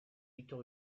victor